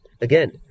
Again